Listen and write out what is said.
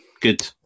Good